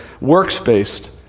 works-based